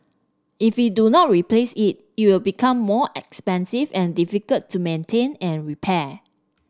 if we do not replace it it will become more expensive and difficult to maintain and repair